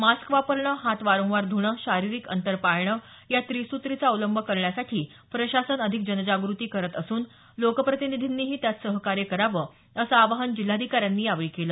mask वापरणे हात वारंवार धुणे शारिरीक अंतर पाळणे या त्रिसूत्रीचा अवलंब करण्यासाठी प्रशासन अधिक जनजागृती करत असून लोकप्रतिनिधींनीही त्यात सहकार्य करावं असं आवाहन जिल्हाधिकाऱ्यांनी यावेळी केलं